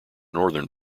northern